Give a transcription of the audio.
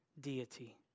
deity